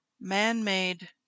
man-made